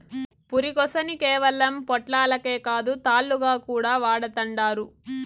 పురికొసని కేవలం పొట్లాలకే కాదు, తాళ్లుగా కూడా వాడతండారు